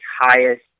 highest